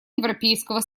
европейского